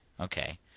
Okay